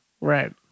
Right